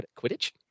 Quidditch